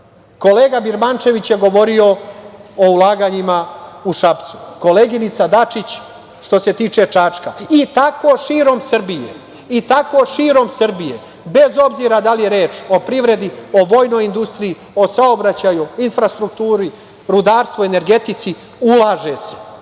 Kolega Birmančević je govorio o ulaganjima u Šapcu, koleginica Dačić što se tiče Čačka. I tako širom Srbije, bez obzira da li je reč o privredi, o vojnoj industriji, o saobraćaju, infrastrukturi, rudarstvu, energetici, ulaže